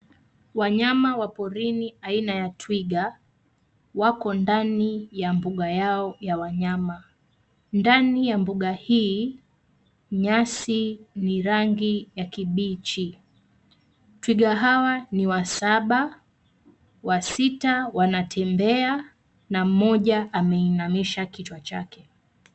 Wanyama wa porini aina ya twiga wako ndani ya mbuga yao ya wanyama. Ndani ya mbuga hii, nyasi ni rangi ya kibichi. Twiga hawa ni wasaba, wasita wanatembea na mmoja ameinamisha kichwa chake.